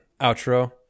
outro